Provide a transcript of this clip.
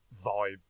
vibe